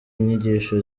inyigisho